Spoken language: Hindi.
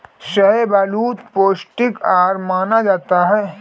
शाहबलूत पौस्टिक आहार माना जाता है